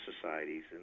societies